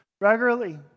regularly